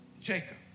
Jacob